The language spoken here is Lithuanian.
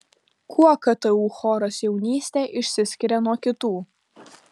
kuo ktu choras jaunystė išsiskiria nuo kitų